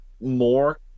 more